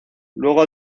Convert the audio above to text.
luego